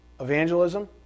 evangelism